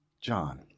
john